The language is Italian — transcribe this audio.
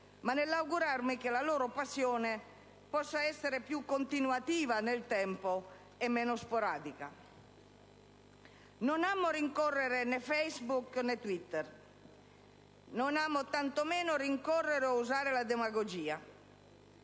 mi auguro che la loro passione possa essere più continuativa nel tempo e meno sporadica. Non amo rincorrere né Facebook né Twitter; non amo tanto meno rincorrere o usare la demagogia.